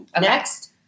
Next